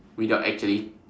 without actually